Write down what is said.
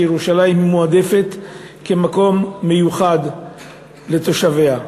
שירושלים היא מועדפת כמקום מיוחד לתושביה.